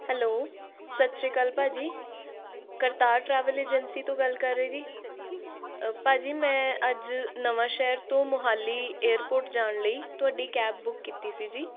hello ਸਤਿ ਸ਼੍ਰੀ ਅਕਾਲ ਭਾਅ ਜੀ ਕਰਤਾਰ ਟਰੈਵਲ ਏਜੰਸੀ ਤੋਂ ਗੱਲ ਕਰ ਰਹੇ ਜੀ ਭਾਅ ਜੀ ਮੈਂ ਅੱਜ ਨਵਾਂਸ਼ਹਿਰ ਤੋਂ ਮੋਹਾਲੀ ਏਅਰਪੋਰਟ ਜਾਣ ਲਈ ਤੁਹਾਡੀ ਕੈਬ ਬੁੱਕ ਕੀਤੀ ਸੀ ਜੀ